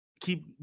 keep